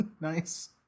Nice